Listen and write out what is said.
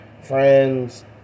friends